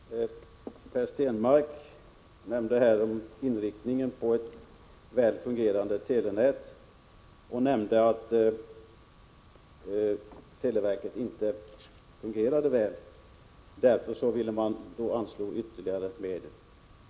Herr talman! Per Stenmarck nämnde inriktningen på ett väl fungerande telenät och påtalade att televerket inte fungerade väl. Därför ville man anslå ytterligare medel.